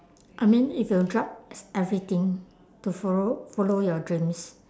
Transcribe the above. I mean if you drop everything to follow follow your dreams